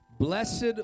Blessed